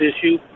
issue